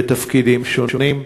בתפקידים שונים,